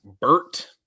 Bert